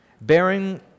bearing